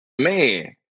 man